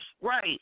right